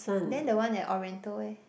then the one at Oriental eh